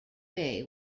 bay